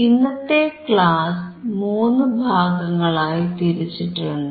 ഇന്നത്തെ ക്ലാസ് മൂന്നു ഭാഗങ്ങളായി തിരിച്ചിട്ടുണ്ട്